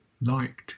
liked